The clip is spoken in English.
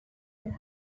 their